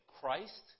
Christ